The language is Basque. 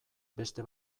beste